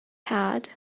had